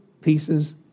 pieces